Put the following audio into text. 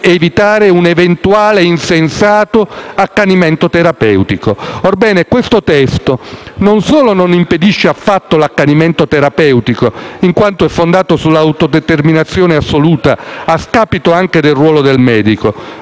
a evitare un eventuale insensato accanimento terapeutico. Orbene, questo testo non solo non impedisce affatto l'accanimento terapeutico in quanto è fondato sull'autodeterminazione assoluta a scapito anche del ruolo del medico,